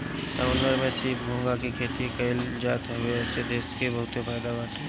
समुंदर में सीप, घोंघा के भी खेती कईल जात बावे एसे देश के बहुते फायदा बाटे